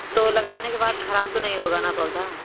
तो लगाने के बाद ख़राब तो नहीं होगा ना पौधा